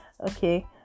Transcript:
Okay